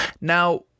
Now